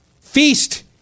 feast